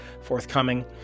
forthcoming